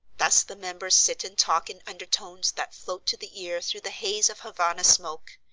thus the members sit and talk in undertones that float to the ear through the haze of havana smoke.